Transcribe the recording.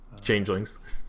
Changelings